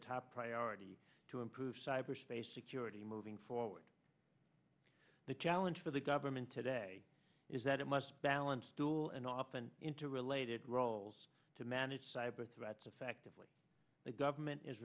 top priority to improve cyberspace security moving forward the challenge for the government today is that it must balance tool and often interrelated roles to manage cyber threats affectively the government is